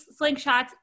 slingshots